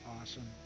awesome